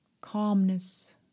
calmness